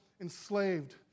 enslaved